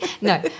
No